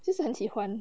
就是很喜欢